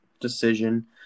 decision